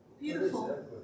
beautiful